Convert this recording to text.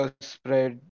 spread